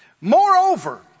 Moreover